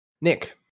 Nick